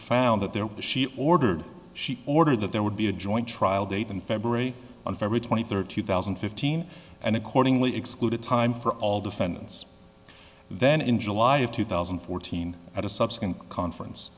found that there was she ordered she ordered that there would be a joint trial date in february on february twenty third two thousand and fifteen and accordingly excluded time for all defendants then in july of two thousand and fourteen at a subsequent conference